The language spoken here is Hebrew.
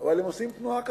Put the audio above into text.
אבל הם עושים תנועה כזאת: